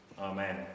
Amen